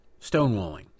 stonewalling